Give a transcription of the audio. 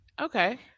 okay